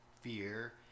fear